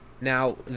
Now